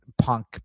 punk